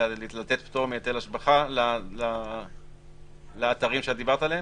לתת פטור מהיטל השבחה לאתרים שאת דיברת עליהם?